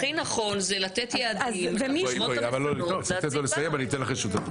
הכי נכון זה לתת יעדים לחברות הנכונות להציב בארץ.